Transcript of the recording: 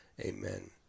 Amen